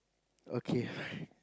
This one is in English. okay